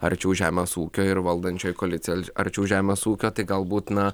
arčiau žemės ūkio ir valdančioji koalicija arčiau žemės ūkio tai galbūt na